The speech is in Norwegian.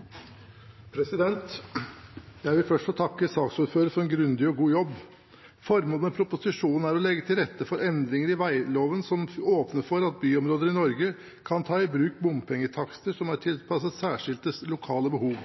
å legge til rette for endringer i vegloven som åpner for at byområder i Norge kan ta i bruk bompengetakster som er tilpasset særskilte lokale behov.